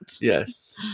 Yes